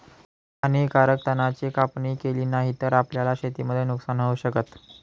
हानीकारक तणा ची कापणी केली नाही तर, आपल्याला शेतीमध्ये नुकसान होऊ शकत